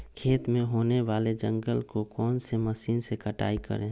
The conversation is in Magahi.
खेत में होने वाले जंगल को कौन से मशीन से कटाई करें?